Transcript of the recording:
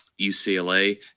UCLA